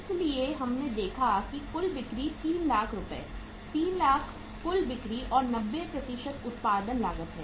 इसलिए हमने देखा है कि कुल बिक्री 3 लाख रुपये 300000 कुल बिक्री और 90 उत्पादन लागत की है